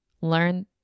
Learn